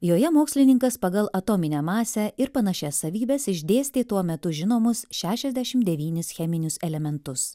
joje mokslininkas pagal atominę masę ir panašias savybes išdėstė tuo metu žinomus šiašiasdešimt devynis cheminius elementus